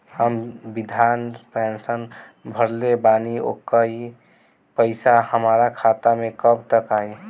हम विर्धा पैंसैन भरले बानी ओकर पईसा हमार खाता मे कब तक आई?